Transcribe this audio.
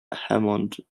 hammond